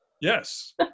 Yes